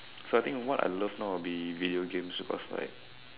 so I think what I love now will be video games because like